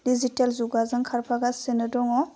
digital जुगाजों खारफागासिनो दङ